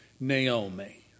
Naomi